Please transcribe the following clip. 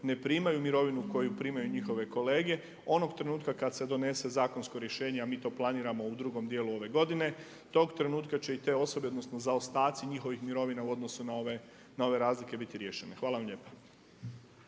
ne primaju mirovinu koju primaju njihove kolege. Onog trenutka kada se donese zakonsko rješenje a mi to planiramo u drugom dijelu ove godine, tog trenutka će se i te osobe, odnosno zaostatci njihovih mirovina u odnosu na ove razlike biti riješene. Hvala vam lijepa.